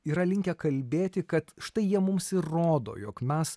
yra linkę kalbėti kad štai jie mums ir rodo jog mes